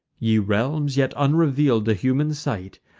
ye realms, yet unreveal'd to human sight,